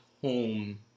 home